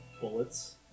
bullets